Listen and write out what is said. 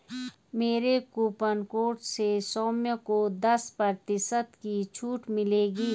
मेरे coupon code से सौम्य को दस प्रतिशत की छूट मिलेगी